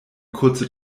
kurze